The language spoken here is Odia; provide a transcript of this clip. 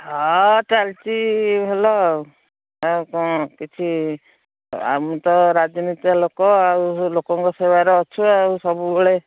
ହଁ ଚାଲିଛି ଭଲ ଆଉ ଆଉ କ'ଣ କିଛି ଆମେ ତ ରାଜନୀତିଆ ଲୋକ ଆଉ ଲୋକଙ୍କ ସେବାରେ ଅଛୁ ଆଉ ସବୁବେଳେ